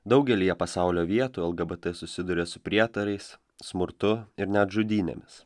daugelyje pasaulio vietų lgbt susiduria su prietarais smurtu ir net žudynėmis